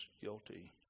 guilty